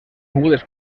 mudes